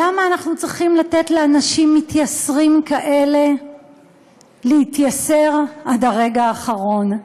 למה אנחנו צריכים לתת לאנשים מתייסרים כאלה להתייסר עד הרגע האחרון?